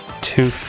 two